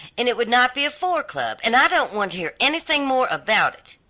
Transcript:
and it would not be a four club and i don't want to hear anything more about it.